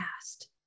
past